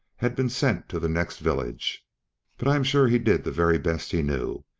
had been sent to the next village but i am sure he did the very best he knew.